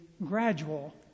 Gradual